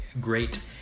great